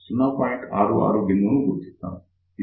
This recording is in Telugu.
66 బిందువును గుర్తిద్దాం